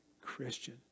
Christian